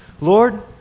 Lord